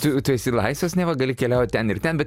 tu tu esi laisvas neva gali keliauti ten ir ten bet